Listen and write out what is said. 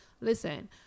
Listen